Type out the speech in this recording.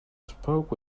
spoke